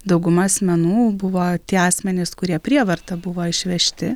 dauguma asmenų buvo tie asmenys kurie prievarta buvo išvežti